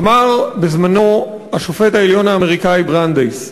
אמר בזמנו השופט העליון האמריקני ברנדייס: